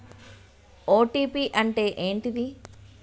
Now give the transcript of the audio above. OTP అంటే ఏంటిది?